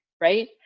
right